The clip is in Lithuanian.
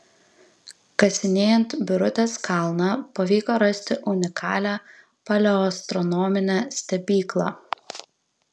kasinėjant birutės kalną pavyko rasti unikalią paleoastronominę stebyklą